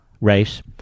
race